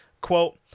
quote